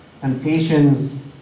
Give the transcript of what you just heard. temptations